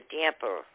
damper